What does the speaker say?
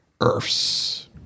Earths